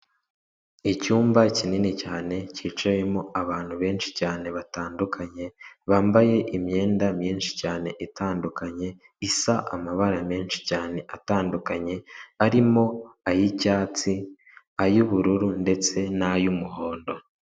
Icyumba kinini cyane cyicayemo abantu benshi cyane batandukanye bambaye imyenda myinshi cyane itandukanye, isa amabara menshi cyane atandukanye arimo ay'icyatsi, ay'ubururu, ndetse n'ay'umuhondo.